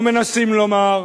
או מנסים לומר,